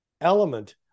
element